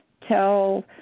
tell